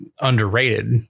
underrated